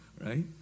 right